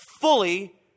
fully